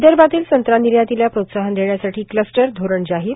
विदर्भातील संत्रा निर्यातीला प्रोत्साहन देण्यासाठी क्लस्टर धोरण जाहीर